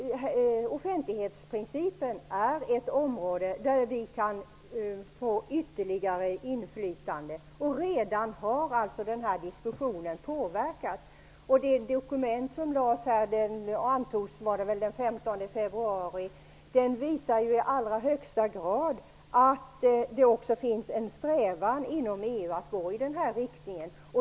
Offentlighetsprincipen är ett område där vi kan få ytterligare inflytande. Redan har denna diskussion påverkat. Det dokument som antogs den 15 februari visar i allra högsta grad att det finns en strävan inom EU att gå i denna riktning.